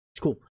cool